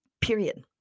Period